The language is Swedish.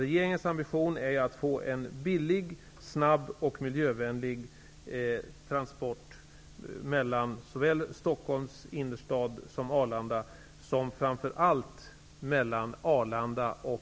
Regeringens ambition är att få en billig, snabb och miljövänlig transport mellan såväl Stockholms innerstad och